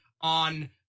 on